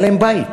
היה להם בית.